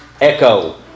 echo